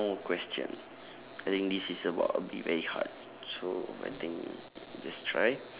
question I think this is about to be very hard so I think just try